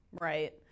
Right